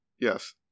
Yes